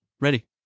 Ready